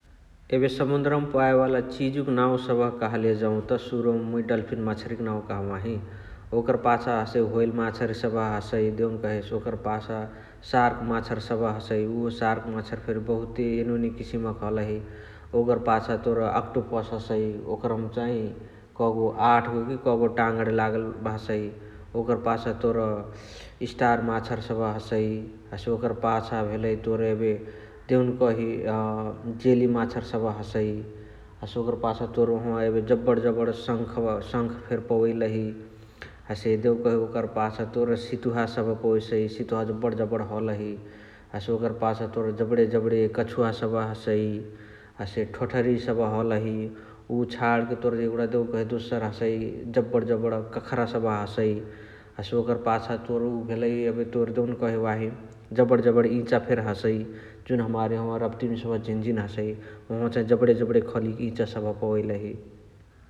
एबे समुन्द्र मा पवाए वाला चिजुक नाउ सबह कहले जौत सुरुमा मुइ डल्फिन माछारी क नाउ कहबाही । ओकरा पाछा हसे ह्वेल माछरी सबह हसइ देउनकही । ओकरा पाछा शार्क माछरी सबह हसइ । उ शार्क माछरी फेरी बहुते एनुने किसिम क हलही । ओकरा पाछा तोर अक्टोपस हसइ ओकरमा चाइ कागओ आठगो कि कागओ टाङ्णी लगण हसइ । ओकर पाछा तोर स्टार माछरी सबह हसइ । हसे ओकर पाछा भेलइ तोर एबे देउनकही अ जेल्ल्री माछरी सबह हसइ । हसे ओकर पाछा तोर ओहवा एबे जबण जबण सङ्ख सङ्ख फेरी पवैलही । हसे देउकही ओकरा पाछा तोर सितुहा पवेसै । सितुहावा जबण जबण हलही । हसे ओकर पाछा तोर जबणे जबणे कछुवा सबह हसइ हसे ठोठरी सबह हलही । उ छाणके तोर एगुणा देउकही दोसर हसइ जबण जबण कखरा सबह हसएए । हसे ओकर पाछा तोर उ भेलइ तोर देउकही वाही जबण जबण इचा फेरी हसइ जुन हमार यहाँवा राप्तीमा सबह झिन झिन हसइ । ओहवा चाही जबणे जबणे खालीक इचा सबह पवैलही ।